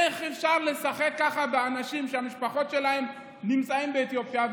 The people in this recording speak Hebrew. איך אפשר לשחק ככה באנשים שהמשפחות שלהם נמצאות באתיופיה,